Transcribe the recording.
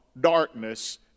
darkness